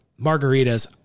margaritas